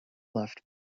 left